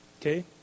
okay